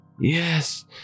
Yes